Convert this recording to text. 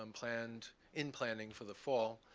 um planned in planning for the fall.